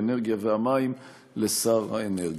האנרגיה והמים לשר האנרגיה.